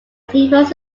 peoples